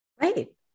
Right